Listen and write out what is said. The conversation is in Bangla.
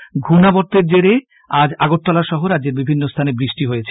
আবহাওয়া ঘূর্ণাবর্তের জেরে আজ আগরতলা সহ রাজ্যের বিভিন্ন স্হানে বৃষ্টি হয়েছে